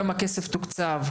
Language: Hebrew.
כמה כסף תוקצב,